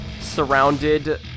surrounded